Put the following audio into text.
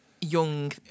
young